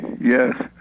Yes